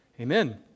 Amen